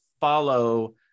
follow